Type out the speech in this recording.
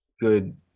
good